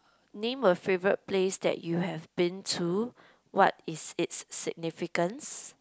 name a favourite place that you have been to what is it's significance